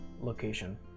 location